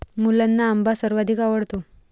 मुलांना आंबा सर्वाधिक आवडतो